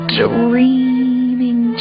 dreaming